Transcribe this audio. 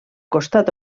costat